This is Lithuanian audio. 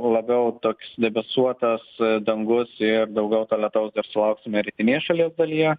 labiau toks debesuotas dangus ir daugiau to lietaus dar sulauksime rytinėje šalies dalyje